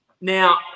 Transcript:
Now